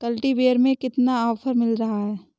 Cultivator में कितना offer मिल रहा है?